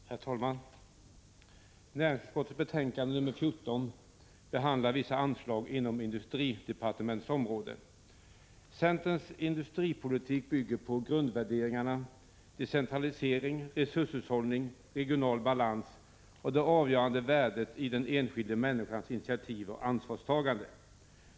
Herr talman! I näringsutskottets betänkande nr 14 behandlas vissa anslag inom industridepartementets område. Centerns industripolitik bygger på grundvärderingarna decentralisering, resurshushållning, regional balans och det avgörande värdet i den enskilda människans initiativ och ansvarstagande.